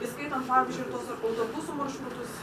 įskaitant pavyzdžiui ir tuos ar autobusų maršrutus